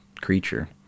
creature